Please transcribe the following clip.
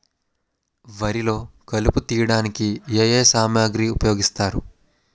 వరిలో కలుపు తియ్యడానికి ఏ ఏ సామాగ్రి ఉపయోగిస్తారు?